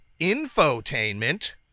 infotainment